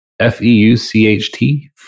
F-E-U-C-H-T